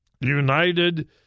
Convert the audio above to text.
United